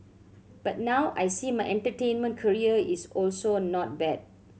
but now I see my entertainment career is also not bad